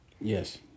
Yes